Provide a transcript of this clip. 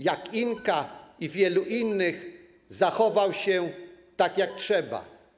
Jak Inka i wielu innych zachował się tak, jak trzeba.